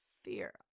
fear